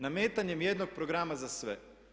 Nametanje jednog programa za sve.